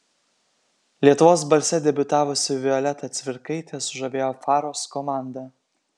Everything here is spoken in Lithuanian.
lietuvos balse debiutavusi violeta cvirkaitė sužavėjo faros komandą